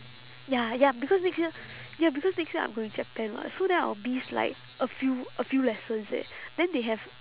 ya ya because next year ya because next year I am going japan [what] so then I will miss like a few a few lessons eh then they have